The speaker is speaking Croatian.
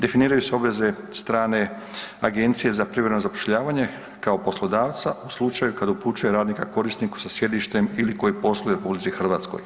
Definiraju se obveze strane agencije za privremeno zapošljavanje kao poslodavca u slučaju kada upućuje radnika korisniku sa sjedištem ili koji posluje u RH.